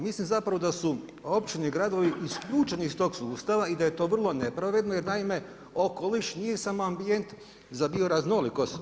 Mislim da su zapravo općine i gradovi isključeni iz tog sustava i da je to vrlo nepravedno jer naime okoliš nije samo ambijent za bioraznolikost.